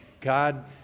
God